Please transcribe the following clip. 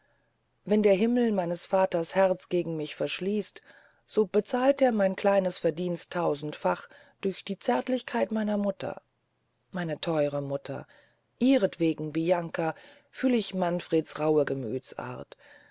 wenn der himmel meines vaters herz gegen mich verschließt so bezahlt er mein kleines verdienst tausendfach durch die zärtlichkeit meiner mutter meine theure mutter ihrentwegen bianca fühl ich manfreds rauhe